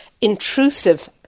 intrusive